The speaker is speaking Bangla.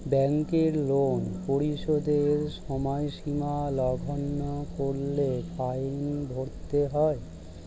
ব্যাংকের লোন পরিশোধের সময়সীমা লঙ্ঘন করলে ফাইন ভরতে হয়